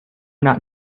not